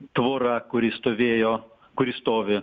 tvora kuri stovėjo kuri stovi